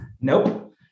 Nope